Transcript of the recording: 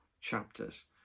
chapters